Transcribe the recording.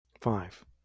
five